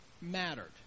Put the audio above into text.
mattered